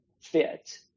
fit